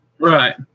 Right